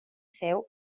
seu